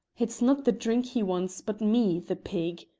it's not the drink he wants, but me, the pig,